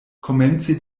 komenci